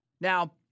Now